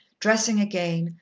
dressing again,